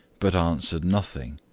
but answered nothing.